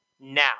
now